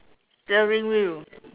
steering wheel